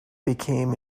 became